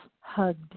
hugged